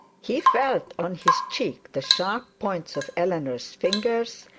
he felt on his cheek the sharp points of eleanor's fingers,